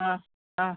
ആ ആ